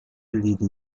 ele